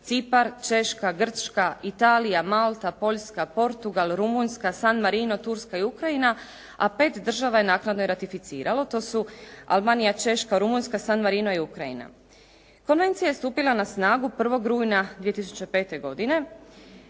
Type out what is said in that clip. Cipar, Češka, Grčka, Italija, Malta, Poljska, Portugal, Rumunjska, San Marino, Turska i Ukrajina, a pet država je naknadno ratificiralo, to su: Albanija, Češka, Rumunjska, San Marino i Ukrajina. Konvencija je stupila na snagu 1. rujna 2005. godine,